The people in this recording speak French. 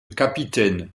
capitaine